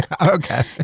Okay